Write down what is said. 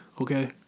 okay